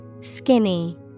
Skinny